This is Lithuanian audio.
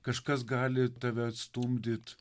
kažkas gali tave stumdyt